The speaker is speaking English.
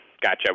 Gotcha